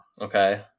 okay